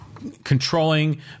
controlling